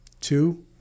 Two